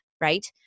Right